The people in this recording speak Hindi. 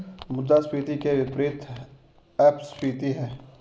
मुद्रास्फीति के विपरीत अपस्फीति है